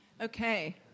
Okay